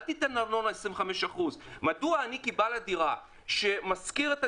אל תיתן ארנונה 25%. מדוע אני כבעל דירה שמשכיר אותה